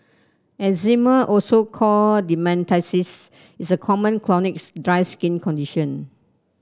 eczema also called dermatitis is a common chronic's dry skin condition